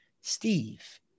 Steve